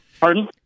Pardon